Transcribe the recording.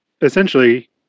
essentially